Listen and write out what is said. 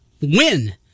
win